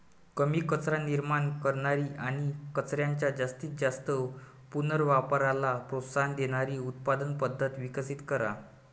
कमी कचरा निर्माण करणारी आणि कचऱ्याच्या जास्तीत जास्त पुनर्वापराला प्रोत्साहन देणारी उत्पादन पद्धत विकसित करा